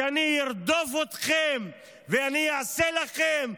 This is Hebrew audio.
שאני ארדוף אתכם ואני אעשה לכם,